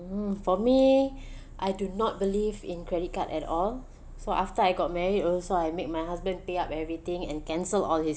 mm for me I do not believe in credit card at all so after I got married also I make my husband pay up everything and cancel all his